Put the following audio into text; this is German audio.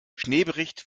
schneebericht